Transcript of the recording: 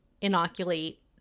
inoculate